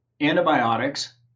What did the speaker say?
antibiotics